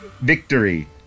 Victory